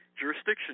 jurisdiction